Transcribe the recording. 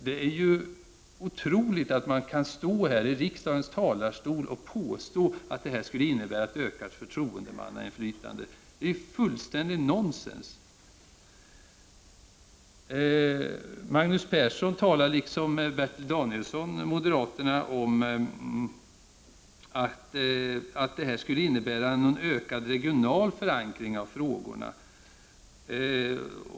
Det är ju otroligt att man kan stå här i riksdagens talarstol och påstå att detta skulle innebära ett ökat förtroendemannainflytande. Det är fullständigt nonsens. Magnus Persson talar liksom moderaten Bertil Danielsson om att det här skulle innebära en ökad regional förankring av frågorna.